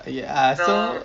ya so